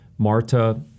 Marta